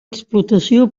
explotació